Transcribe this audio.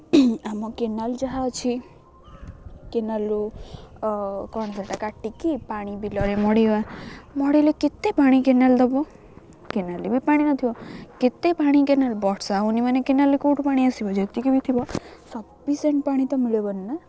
ଆମ କେନାଲ୍ ଯାହା ଅଛି କେନାଲ୍ରୁ କ'ଣ ସେଇଟା କାଟିକି ପାଣି ବିଲରେ ମଡ଼ାଇବା ମଡ଼ାଇଲେ କେତେ ପାଣି କେନାଲ୍ ଦେବ କେନାଲ୍ରେ ବି ପାଣି ନଥିବ କେତେ ପାଣି କେନାଲ୍ ବର୍ଷା ହେଉନି ମାନେ କେନାଲ୍ରେ କେଉଁଠୁ ପାଣି ଆସିବ ଯେତିକି ବି ଥିବ ସଫିସେଣ୍ଟ୍ ପାଣି ତ ମିଳିବନି ନା